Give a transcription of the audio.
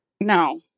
no